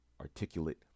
articulate